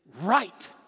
right